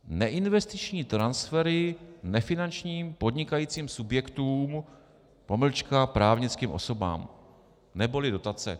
Neinvestiční transfery nefinančním podnikajícím subjektům právnickým osobám, neboli dotace.